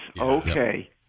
Okay